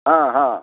ହଁ ହଁ